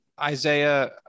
Isaiah